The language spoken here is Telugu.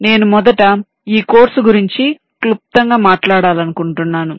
నేను మొదట ఈ కోర్సు గురించి క్లుప్తంగా మాట్లాడాలనుకుంటున్నాను